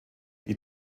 die